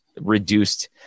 reduced